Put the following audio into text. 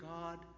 God